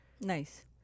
Nice